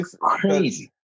crazy